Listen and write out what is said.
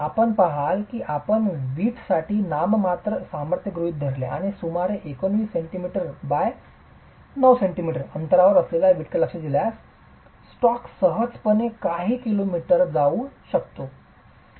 आपण पहाल की आपण वीटसाठी नाममात्र सामर्थ्य गृहित धरले आणि सुमारे 19 cm x 9 cm अंतरावर असलेल्या वीटकडे लक्ष दिल्यास स्टॅक सहजपणे काही किलोमीटर जाऊ शकतो